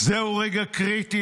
זהו רגע קריטי